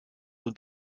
und